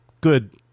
good –